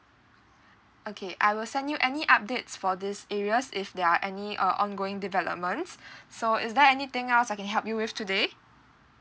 okay I will send you any updates for these areas if there are any uh ongoing developments so is there anything else I can help you with today